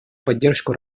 поддержку